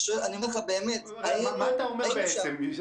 מה אתה אומר בעצם?